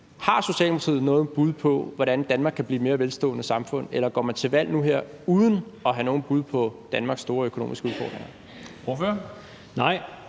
Har Socialdemokratiet nogen bud på, hvordan Danmark kan blive et mere velstående samfund, eller går man til valg nu her uden at have nogen bud på Danmarks store økonomiske udfordringer?